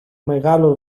μεγάλο